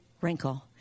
wrinkle